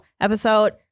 Episode